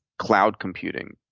cloud computing,